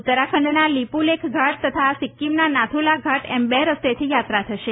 ઉત્તરાખંડના લીપુલેખ પાસ અને સિક્કીમના નાથુલા ઘાટ એમ બે રસ્તેથી યાત્રા થશે